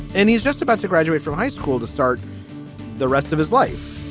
and he's just about to graduate from high school to start the rest of his life.